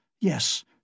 Yes